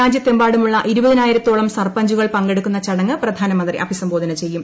രാജ്യത്തെമ്പാടുമുള്ള ഇരുപതിനായിരത്തോളം സർപഞ്ചുകൾ പങ്കെടുക്കുന്ന ചടങ്ങ് പ്രധാനമന്ത്രി അഭിസംബോധന ചെയ്യും